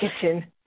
kitchen